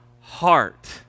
heart